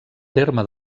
terme